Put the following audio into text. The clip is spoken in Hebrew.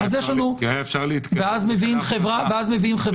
ואז מביאים חברה סינית.